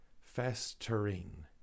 Festering